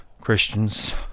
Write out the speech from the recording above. Christians